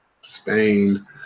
Spain